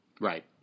Right